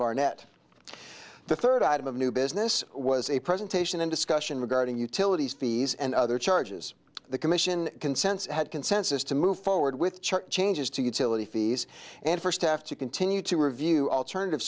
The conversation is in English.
barnett the third item of new business was a presentation and discussion regarding utilities fees and other charges the commission consensus had consensus to move forward with chart changes to utility fees and for staff to continue to review alternative